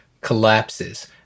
collapses